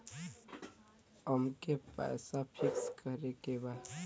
अमके पैसा फिक्स करे के बा?